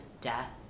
death